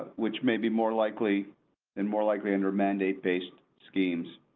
which may be more likely and more likely under mandate based schemes.